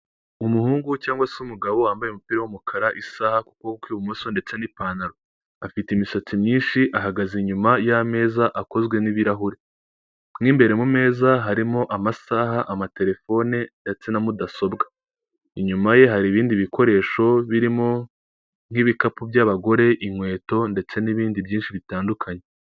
Umuhungu cyangwa se umugabo wambaye umupira w'umukara isaha ku kuboko kw'ibumoso, ndetse n'ipantaro. Afite imisatsi myinshi ahagaze inyuma y'ameza akozwe n'ibirahure. Mo imbere mu meza harimo amasaha, amatelefone, ndetse na mudasobwa. Inyuma ye hari ibindi bikoresho birimo nk'ibikapu by'abagore, inkweto ndetse n'ibindi byinshi bitandukanye.